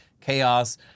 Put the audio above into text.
chaos